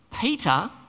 Peter